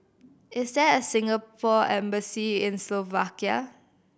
is there a Singapore Embassy in Slovakia